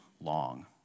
long